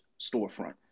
storefront